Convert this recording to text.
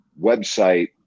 website